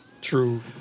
true